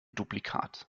duplikat